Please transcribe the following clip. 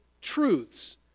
truths